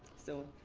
so,